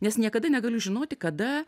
nes niekada negali žinoti kada